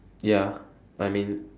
ya I mean